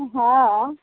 हँ